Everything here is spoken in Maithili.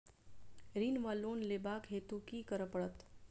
ऋण वा लोन लेबाक हेतु की करऽ पड़त?